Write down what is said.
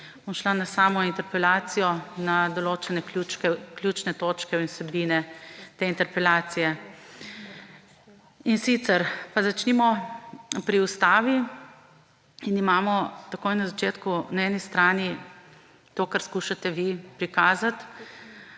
bom šla na samo interpelacijo, na določene ključne točke in vsebine te interpelacije. Pa začnimo pri Ustavi. In imamo takoj na začetku na eni strani to, kar skušate vi prikazati,